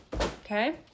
Okay